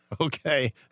Okay